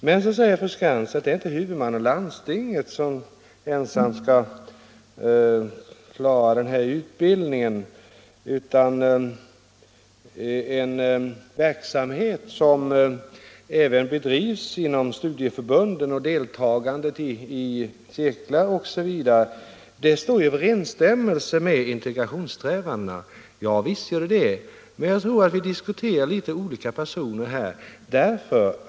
Men så säger fru Skantz att det inte är huvudmannen landstinget som ensam skall stå för denna utbildning, utan det är en verksamhet som även bedrivs inom studieförbunden, genom deltagande i cirklar osv., och att det överensstämmer med integrationssträvandena. Ja, visst gör det det. Men jag tror att vi diskuterar om litet olika personer här.